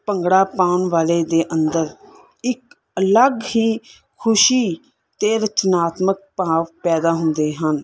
ਭੰਗੜਾ ਪਾਉਣ ਵਾਲੇ ਦੇ ਅੰਦਰ ਇੱਕ ਅਲੱਗ ਹੀ ਖੁਸ਼ੀ ਅਤੇ ਰਚਨਾਤਮਕ ਭਾਵ ਪੈਦਾ ਹੁੰਦੇ ਹਨ